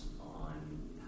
on